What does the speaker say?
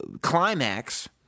climax